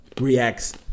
reacts